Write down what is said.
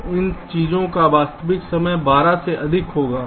तो इन सभी चीजों का वास्तविक समय 12 से अधिक होगा